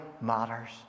matters